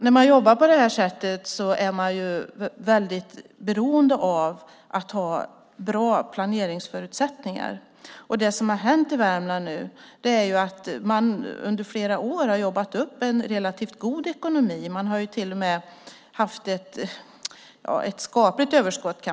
När man jobbar på det här sättet är man väldigt beroende av att ha bra planeringsförutsättningar. Det som har hänt i Värmland är att man under flera år har jobbat hårt och fått en relativt god ekonomi. Man har till och med haft ett skapligt överskott.